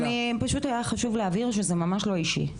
פשוט היה חשוב להבהיר שזה לממש לא אישי.